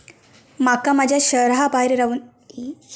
माका माझ्या शहराबाहेर रव्हनाऱ्या माझ्या भावाक पैसे पाठवुचे आसा